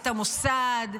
את המוסד,